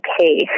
okay